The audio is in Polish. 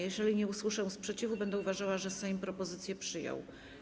Jeżeli nie usłyszę sprzeciwu, będę uważała, że Sejm propozycję przyjął.